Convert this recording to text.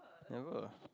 never